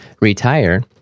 retire